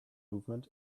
movement